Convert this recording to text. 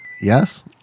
Yes